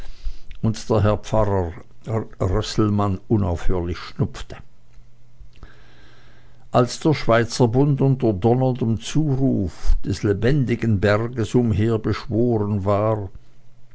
und der pfarrer rösselmann unaufhörlich schnupfte als der schweizerbund unter donnerndem zuruf des lebendigen berges umher beschworen war